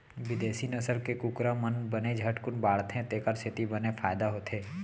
बिदेसी नसल के कुकरा मन बने झटकुन बाढ़थें तेकर सेती बने फायदा होथे